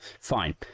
Fine